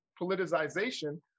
politicization